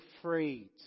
afraid